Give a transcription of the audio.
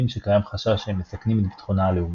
שקיים חשש שהם מסכנים את ביטחונה הלאומי.